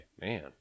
man